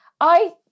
I-